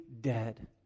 dead